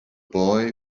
boy